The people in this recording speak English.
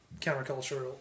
countercultural